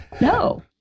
no